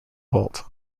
vault